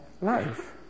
life